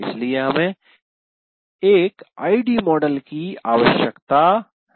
इसलिए हमें एक आईडी मॉडल की आवश्यकता है